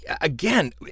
again